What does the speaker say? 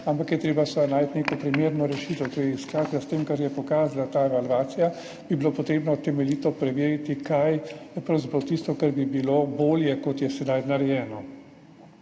ampak je treba seveda najti neko primerno rešitev. Skratka, to, kar je pokazala ta evalvacija, bi bilo potrebno temeljito preveriti, kaj je pravzaprav tisto, kar bi bilo bolje, kot je narejeno